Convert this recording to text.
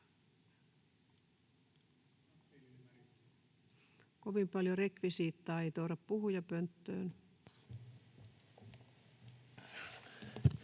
Kovin paljon rekvisiittaa ei tuoda puhujapönttöön.